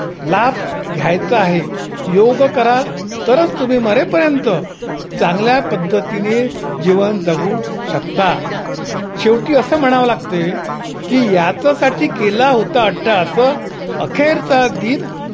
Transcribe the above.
लाभ घ्यायचं आहे योग कराल तरच तुम्ही मरेपर्यंत चांगल्या पद्धतीने जीवन जगू शकता शेवटी असं म्हणावं लागते की याचसाठी केला होता अट्टहास अखेरचा दिन